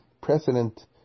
precedent